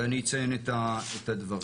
ואני אציין את הדברים.